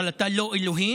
אבל אתה לא אלוהים,